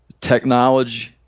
technology